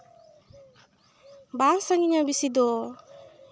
ᱵᱟᱝ ᱥᱟᱺᱜᱤᱧᱟ ᱵᱤᱥᱤ ᱫᱚ